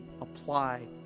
apply